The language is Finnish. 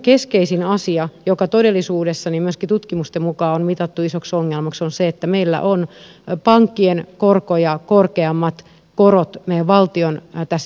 keskeisin asia joka todellisuudessa myöskin tutkimusten mukaan on mitattu isoksi ongelmaksi on se että meillä on pankkien korkoja korkeammat korot meidän valtion tässä järjestelmässä